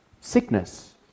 sickness